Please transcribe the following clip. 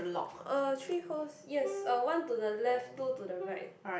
uh three holes yes uh one to the left two to the right